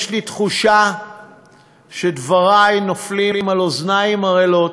יש לי תחושה שדברי נופלים על אוזניים ערלות,